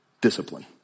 discipline